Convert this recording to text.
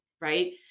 right